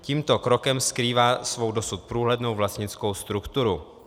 Tímto krokem skrývá svou dosud průhlednou vlastnickou strukturu.